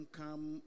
come